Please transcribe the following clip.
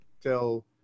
till